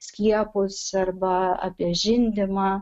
skiepus arba apie žindymą